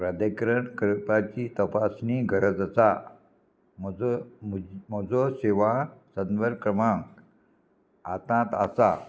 प्रादिकरण करपाची तपासणी गरज आसा म्हजो म्हजो सेवा संदर्भ क्रमांक हातांत आसा